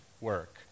work